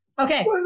Okay